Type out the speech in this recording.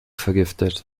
vergiftet